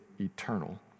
eternal